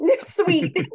Sweet